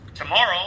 Tomorrow